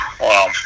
Wow